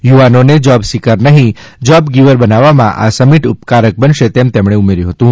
યુવાનોને job seeker નહીં job giver બનાવવામાં આ સમિટ ઉપકારક બનશે તેમ તેમણે ઉમેર્યું હતું